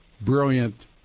brilliant